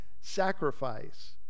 sacrifice